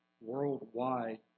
worldwide